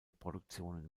produktionen